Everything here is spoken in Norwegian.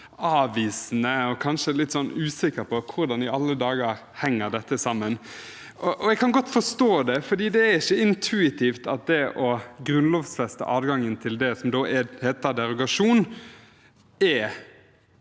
avvisende, og man er kanskje litt usikker på hvordan i alle dager dette henger sammen. Jeg kan godt forstå det, for det er ikke intuitivt at det å grunnlovfeste adgangen til det som heter derogasjon,